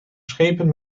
schepen